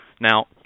Now